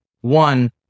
One